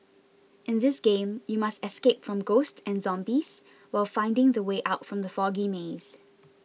in this game you must escape from ghosts and zombies while finding the way out from the foggy maze